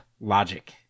logic